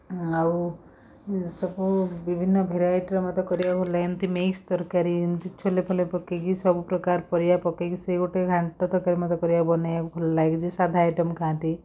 ଆଉ ସବୁ ବିଭିନ୍ନ ଭେରାଇଟିର ମୋତେ କରିବାକୁ ଭଲ ଲାଗେ ଏମିତି ମିକ୍ସ ତରକାରୀ ଏମିତି ଛୋଲେ ଫୋଲେ ପକେଇକି ସବୁ ପ୍ରକାର ପରିବା ପକେଇକି ସେ ଗୋଟେ ଘାଣ୍ଟ ତରକାରୀ ମୋତେ କରିବାକୁ ବନେଇବାକୁ ଭଲ ଲାଗେ ଯିଏ ସାଧା ଆଇଟମ୍ ଖାଆନ୍ତି